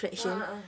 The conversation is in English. ah ah ah